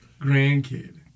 grandkid